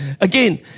Again